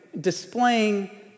displaying